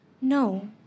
No